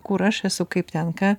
kur aš esu kaip ten ką